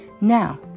Now